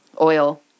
Oil